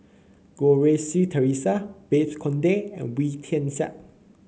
Goh Rui Si Theresa Babes Conde and Wee Tian Siak